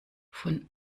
von